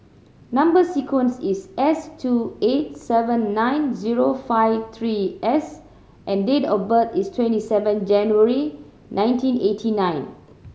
number sequence is S two eight seven nine zero five three S and date of birth is twenty seven January nineteen eighty nine